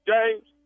James